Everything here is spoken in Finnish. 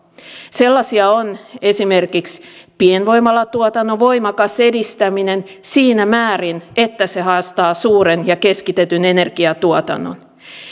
sellaisia ovat esimerkiksi pienvoimalatuotannon voimakas edistäminen siinä määrin että se haastaa suuren ja keskitetyn energiatuotannon